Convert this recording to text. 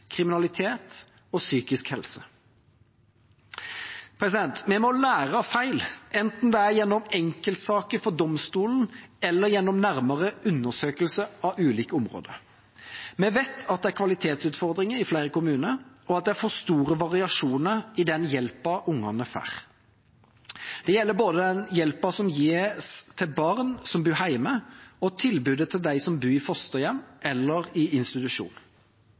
kriminalitet og psykisk helse. Vi må lære av feil, enten det er gjennom enkeltsaker for domstolen eller gjennom nærmere undersøkelser av ulike områder. Vi vet at det er kvalitetsutfordringer i flere kommuner, og at det er for store variasjoner i den hjelpa barna får. Det gjelder både den hjelpa som gis til barn som bor hjemme, og tilbudet til dem som bor i fosterhjem eller institusjon.